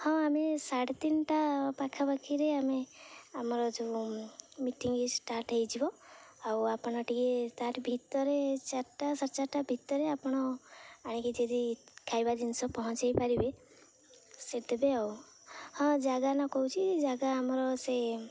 ହଁ ଆମେ ସାଢ଼େ ତିନିଟା ପାଖାପାଖିରେ ଆମେ ଆମର ଯେଉଁ ମିଟିଂ ଷ୍ଟାର୍ଟ ହେଇଯିବ ଆଉ ଆପଣ ଟିକେ ତା'ର ଭିତରେ ଚାରିଟା ସାଢ଼େ ଚାରିଟା ଭିତରେ ଆପଣ ଆଣିକି ଯଦି ଖାଇବା ଜିନିଷ ପହଞ୍ଚାଇ ପାରିବେ ସେ ଦେବେ ଆଉ ହଁ ଜାଗା ନାଁ କହୁଛି ଜାଗା ଆମର ସେ